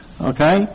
Okay